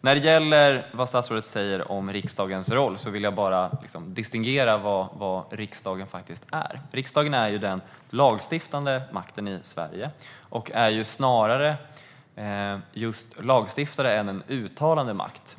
När det gäller det som statsrådet sa om riksdagens roll vill jag bara göra en definition av vad riksdagen faktiskt är. Riksdagen är den lagstiftande makten i Sverige. Den är just en lagstiftare snarare än en uttalande makt.